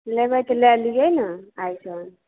लेबे तऽ लै लीयै ने आइ कन